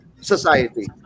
society